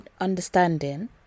understanding